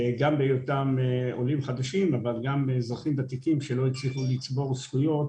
גם בהיותם עולים חדשים וגם אזרחים ותיקים שלא הצליחו לצבור זכויות